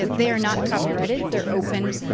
they are not copyrighted. they're open.